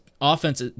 offense